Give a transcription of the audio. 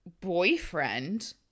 boyfriend